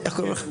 כן, בבקשה.